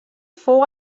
fou